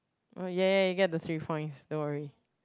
oh ya ya ya you get the three points don't worry